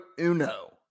uno